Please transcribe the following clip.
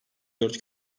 dört